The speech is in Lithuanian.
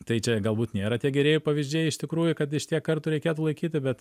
tai čia galbūt nėra tie gerieji pavyzdžiai iš tikrųjų kad iš tiek kartų reikėtų laikyti bet